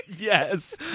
yes